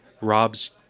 Rob's